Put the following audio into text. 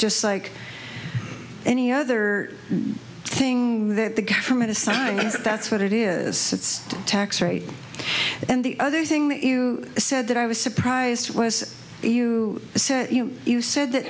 just like any other thing that the government assigns that's what it is it's tax rate and the other thing that you said that i was surprised was you said you said that